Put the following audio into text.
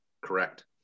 Correct